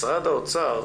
משרד האוצר,